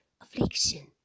affliction